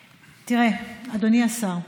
תראה, אדוני השר,